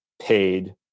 paid